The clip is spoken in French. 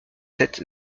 sept